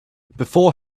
before